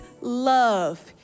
love